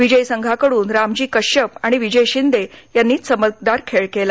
विजयी संघाकडून रामजी कश्यप आणि विजय शिंदे यांनी चमकदार खेळ केला